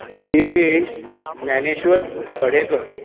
Divyesh Dnyaneshwar Gadekar